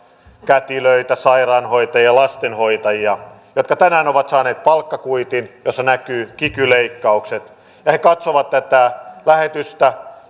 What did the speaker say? kätilöitä sairaanhoitajia lastenhoitajia jotka tänään ovat saaneet palkkakuitin jossa näkyvät kiky leikkaukset ja jotka katsovat tätä lähetystä